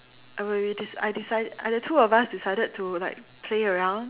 I will we dec~ I decide uh the two of us decided to like play around